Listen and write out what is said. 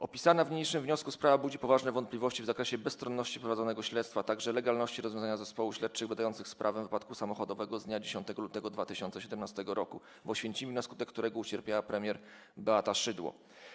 Opisana w niniejszym wniosku sprawa budzi poważne wątpliwości co do bezstronności prowadzonego śledztwa, a także legalności rozwiązania zespołu śledczych badającego sprawę wypadku samochodowego z dnia 10 lutego 2017 r. w Oświęcimiu, na skutek którego ucierpiała premier Beata Szydło.